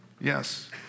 Yes